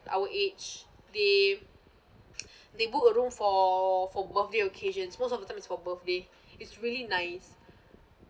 our age they they book a room for for birthday occasions most of the time is for birthday it's really nice